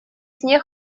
сне